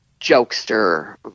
jokester